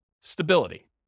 stability